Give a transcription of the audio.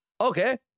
Okay